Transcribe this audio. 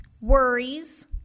worries